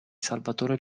salvatore